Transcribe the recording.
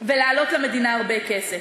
ולעלות למדינה הרבה כסף.